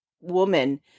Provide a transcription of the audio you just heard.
woman